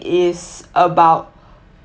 is about